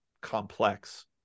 complex